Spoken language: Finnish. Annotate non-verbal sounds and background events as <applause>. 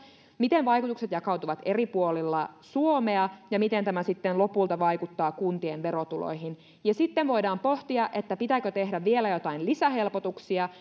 miten vaikutukset jakautuvat eri puolilla suomea ja miten tämä sitten lopulta vaikuttaa kuntien verotuloihin sitten voidaan pohtia pitääkö tehdä vielä joitain lisähelpotuksia <unintelligible>